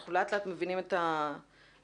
אנחנו לאט לאט מבינים את ה- -- בוודאי.